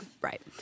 right